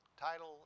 title